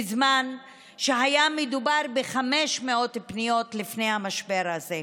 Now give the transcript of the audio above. בזמן שהיה מדובר ב-500 פניות לפני המשבר הזה.